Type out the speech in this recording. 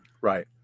right